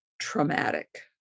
traumatic